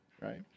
right